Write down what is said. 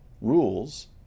rules